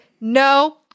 no